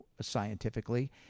scientifically